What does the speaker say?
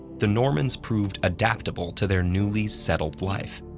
the normans proved adaptable to their newly settled life.